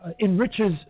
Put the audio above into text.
enriches